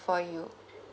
for you